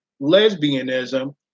lesbianism